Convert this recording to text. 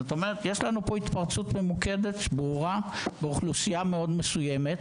יש התפרצות ברורה באוכלוסייה מאוד מסוימת